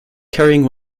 carrying